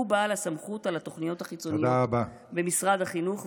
הוא בעל הסמכות על התוכניות החיצוניות במשרד החינוך,